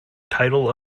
title